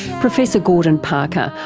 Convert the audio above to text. professor gordon parker,